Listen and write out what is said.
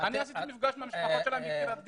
בקריית גת.